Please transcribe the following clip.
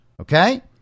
Okay